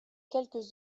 quelques